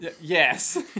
Yes